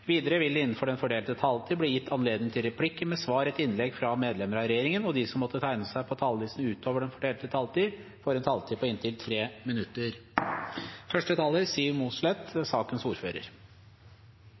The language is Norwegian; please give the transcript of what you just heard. Videre vil det – innenfor den fordelte taletid – bli gitt anledning til replikker med svar etter innlegg fra medlemmer av regjeringen, og de som måtte tegne seg på talerlisten utover den fordelte taletid, får også en taletid på inntil 3 minutter.